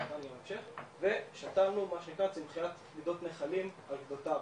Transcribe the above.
בהמשך ושתלנו מה שנקרא צמחיית גדות נחלים על גדותיו,